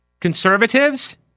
conservatives